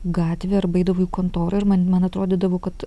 gatvę arba eidavau į kontorą ir man man atrodydavo kad